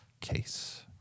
Case